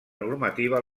normativa